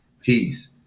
peace